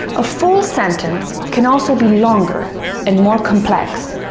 a full sentence could also be longer and more complex,